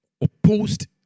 opposed